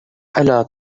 ألا